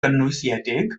gynwysiedig